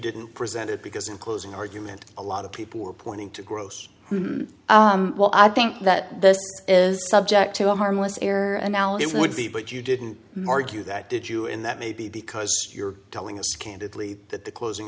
didn't present it because in closing argument a lot of people were pointing to gross well i think that this is subject to a harmless error and now it would be but you didn't argue that did you in that maybe because you're telling us candidly that the closing